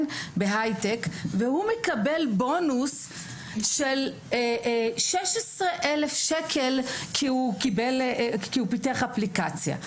והוא קיבל בונוס של 16,000 שקל כי הוא פיתח אפליקציה.